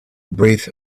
breath